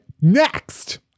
next